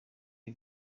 iyi